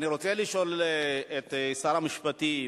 אני רוצה לשאול את שר המשפטים: